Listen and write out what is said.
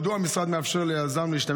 1. מדוע המשרד מאפשר ליזם להשתמש